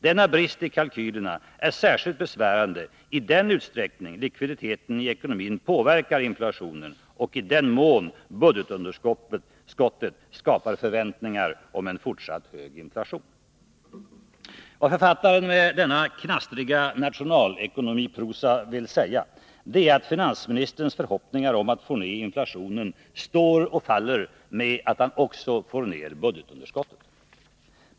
Denna brist i kalkylerna är särskilt besvärande i den utsträckning likviditeten i ekonomin påverkar inflationen och i den mån budgetunderskottet skapar förväntningar om en fortsatt hög inflation.” Vad författaren med denna knastriga nationalekonomiprosa velat säga är att finansministerns förhoppningar om att få ned inflationen står och faller med om han också kan få ned budgetunderskottet.